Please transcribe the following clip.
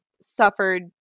suffered